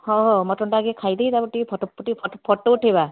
ହଁ ହଁ ମଟନ୍ ଟା ଆଗେ ଖାଇଦେଇ ତାପରେ ଟିକିଏ ଫୋଟୋ ଉଠେଇବା